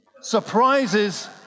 surprises